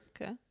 Okay